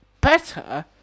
better